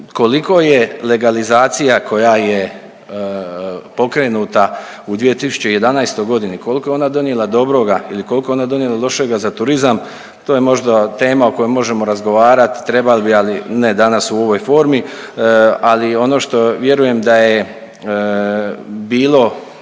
koliko je legalizacija koja je pokrenuta u 2011. g., koliko je ona donijela dobroga i koliko je ona donijela lošega za turizam, to je možda tema o kojoj možemo razgovarati, trebali bi, ali ne danas u ovoj formi, ali ono što vjerujem da je bilo